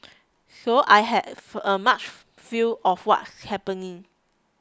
so I have a much feel of what's happening